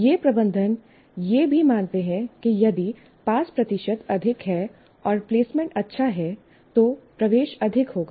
ये प्रबंधन यह भी मानते हैं कि यदि पास प्रतिशत अधिक है और प्लेसमेंट अच्छा है तो प्रवेश अधिक होगा